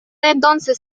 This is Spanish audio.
entonces